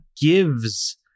gives